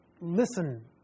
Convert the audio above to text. listen